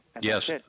Yes